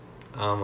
ah